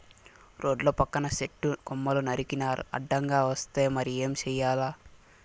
రోడ్ల పక్కన సెట్టు కొమ్మలు నరికినారు అడ్డంగా వస్తే మరి ఏం చేయాల